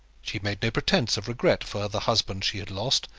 she made no pretence of regret for the husband she had lost,